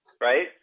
right